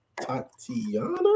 Tatiana